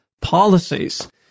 policies